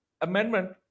amendment